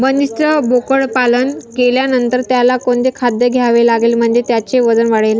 बंदिस्त बोकडपालन केल्यानंतर त्याला कोणते खाद्य द्यावे लागेल म्हणजे त्याचे वजन वाढेल?